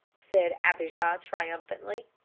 said abijah, triumphantly.